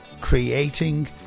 creating